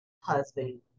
Husband